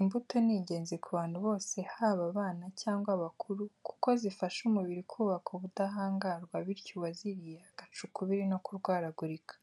Imbuto ni ingenzi ku bantu bose haba abana cyangwa abakuru kuko zifasha umubiri kubaka ubudahangarwa bityo uwaziriye agaca ukubiri no kurwaragurika.